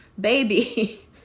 baby